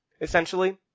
essentially